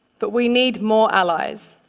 but we need more allies.